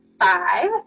five